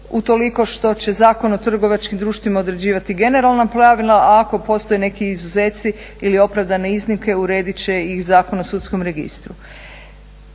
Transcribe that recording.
utoliko što će Zakon o trgovačkim društvima određivati generalna pravila a ako postoje neki izuzeci ili opravdane iznimke urediti će i Zakon o sudskom registru.